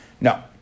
no